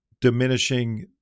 diminishing